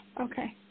Okay